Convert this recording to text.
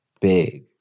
Big